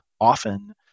often